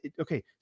okay